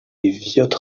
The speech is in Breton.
viot